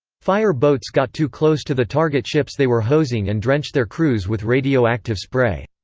fire boats got too close to the target ships they were hosing and drenched their crews with radioactive spray.